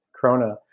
corona